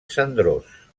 cendrós